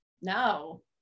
No